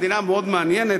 מדינה מאוד מעניינת,